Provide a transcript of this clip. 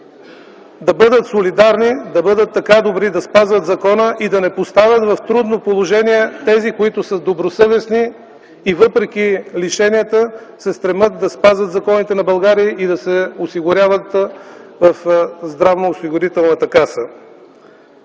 да бъдат солидарни, да бъдат така добри да спазват закона и да не поставят в трудно положение добросъвестните, които въпреки лишенията се стремят да спазват законите на България и да се осигуряват в Националната здравноосигурителна каса.